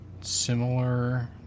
similar